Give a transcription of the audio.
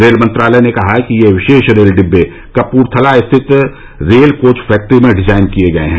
rail मंत्रालय ने कहा है कि यह विशेष रेल डिब्बे कप्रथला स्थित रेल कोच फैक्ट्री में डिजाइन किए गए हैं